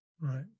right